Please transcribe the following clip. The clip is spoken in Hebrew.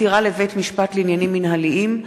(עתירה לבית-משפט לעניינים מינהליים),